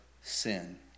sin